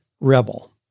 rebel